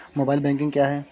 Mobile banking क्या है?